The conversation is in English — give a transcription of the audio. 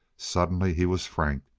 suddenly he was frank,